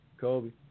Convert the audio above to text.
Kobe